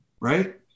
Right